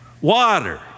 Water